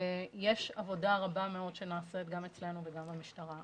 יש עבודה רבה מאוד שנעשית גם אצלנו וגם במשטרה.